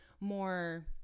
more